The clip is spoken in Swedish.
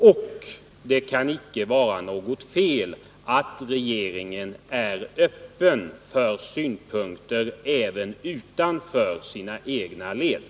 Jag vill i det sammanhanget betona att det icke kan vara något fel att regeringen är öppen även för de synpunkter som framförs från personer och grupper utanför de egna leden.